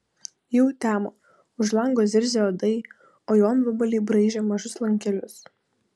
jau temo už lango zirzė uodai o jonvabaliai braižė mažus lankelius